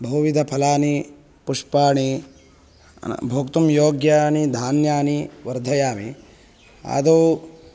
बहुविधफलानि पुष्पाणि भोक्तुं योग्यानि धान्यानि वर्धयामि आदौ